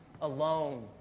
alone